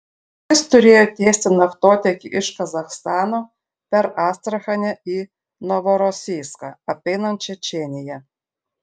jis turėjo tiesti naftotiekį iš kazachstano per astrachanę į novorosijską apeinant čečėniją